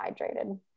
hydrated